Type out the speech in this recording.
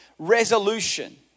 Resolution